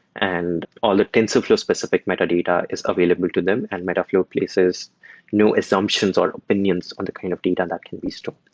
and all the tensorflow specific metadata is available to them, and metaflow places no assumptions or opinions on the kind of data that can be stored.